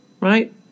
right